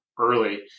early